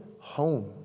home